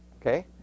okay